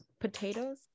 potatoes